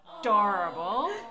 adorable